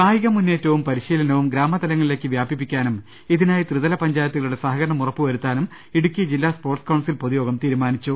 കായിക മുന്നേറ്റവും പരിശീലനവും ഗ്രാമതലങ്ങളിലേക്ക് വ്യാപി പ്പിക്കാനും ഇതിനായി ത്രിതല പഞ്ചായത്തുകളുടെ സഹകരണം ഉറപ്പു വരുത്താനും ഇടുക്കി ജില്ലാ സ്പോർട്സ് കൌൺസിൽ പൊതുയോഗം തീരുമാനിച്ചു